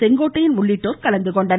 செங்கோட்டையன் உள்ளிட்டோர் கலந்து கொண்டனர்